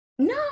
No